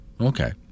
Okay